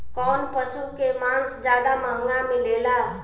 कौन पशु के मांस ज्यादा महंगा मिलेला?